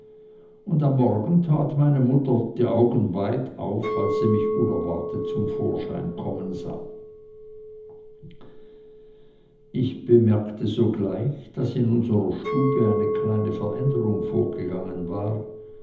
und am morgen tat meine mutter die augen weit auf als sie mich unerwartet zum vorschein kommen sah ich bemerkte sogleich daß in unserer stube eine kleine veränderung vorgegangen war